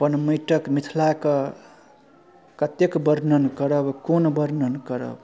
अपन माटिक मिथलाके कतेक वर्णन करब कोन वर्णन करब